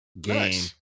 game